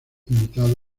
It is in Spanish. invitado